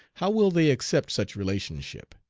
how will they accept such relationship?